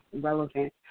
relevant